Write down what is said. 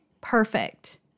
perfect